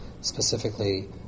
specifically